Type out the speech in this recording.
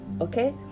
Okay